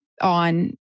on